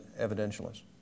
evidentialist